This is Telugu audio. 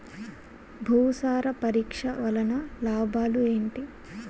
భూసార పరీక్ష వలన లాభాలు ఏంటి?